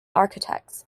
architects